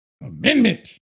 Amendment